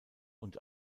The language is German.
und